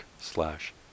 slash